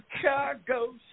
Chicago